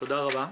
תודה רבה.